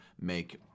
make